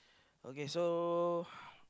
okay so